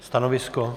Stanovisko?